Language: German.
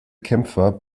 kämpfer